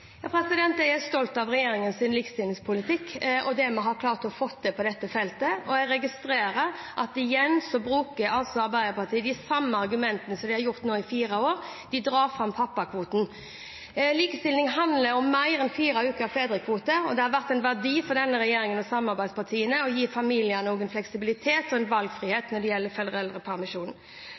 Jeg er stolt av regjeringens likestillingspolitikk og det vi har klart å få til på dette feltet. Jeg registrerer at igjen bruker Arbeiderpartiet de samme argumentene som de har gjort nå i fire år, de drar fram pappakvoten. Likestilling handler om mer enn fire ukers fedrekvote, og det har vært en verdi for denne regjeringen og samarbeidspartiene å gi familiene fleksibilitet og valgfrihet når det gjelder